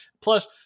plus